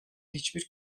hiçbir